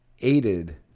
aided